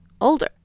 older